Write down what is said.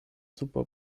super